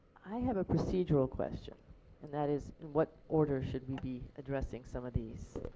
i have a procedural question and that is what order should we be addressing some of these?